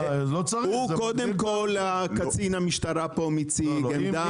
קודם כל, קצין המשטרה פה מציג עמדה